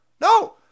no